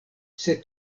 sed